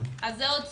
זו עוד סיבה.